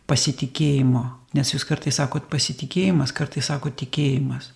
pasitikėjimo nes jūs kartais sakot pasitikėjimas kartais sakot tikėjimas